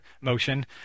motion